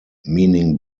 meaning